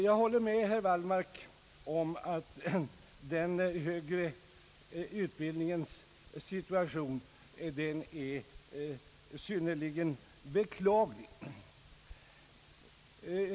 Jag håller med herr Wallmark om att den högre utbildningens situation är synnerligen beklaglig.